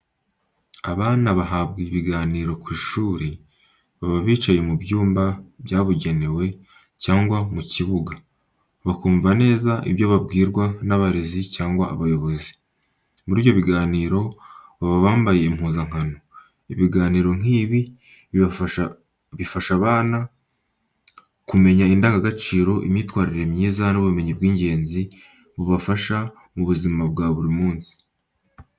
Abana bahabwa ibiganiro ku ishuri baba bicaye mu byumba byabugenewe cyangwa mu kibuga, bakumva neza ibyo babwirwa n'abarezi cyangwa abayobozi. Muri ibyo biganiro, baba bambaye impuzankano. Ibiganiro nk'ibi bifasha abana kumenya indangagaciro, imyitwarire myiza n'ubumenyi bw'ingenzi bubafasha mu buzima bwa buri munsi.